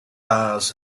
eyes